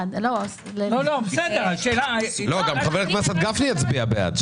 גם חבר הכנסת גפני יצביע בעד.